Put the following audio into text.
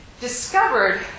discovered